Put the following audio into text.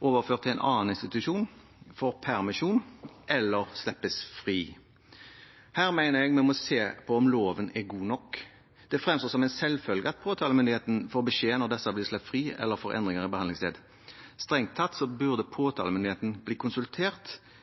overføres til annen institusjon, får permisjon eller slippes fri. Her mener jeg vi må se på om loven er god nok. Det fremstår som en selvfølge at påtalemyndigheten får beskjed når disse slippes fri eller får endringer i behandlingssted. Strengt tatt burde påtalemyndigheten